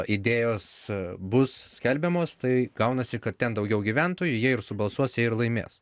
idėjos bus skelbiamos tai gaunasi kad ten daugiau gyventojų jie ir subalsuos ir laimės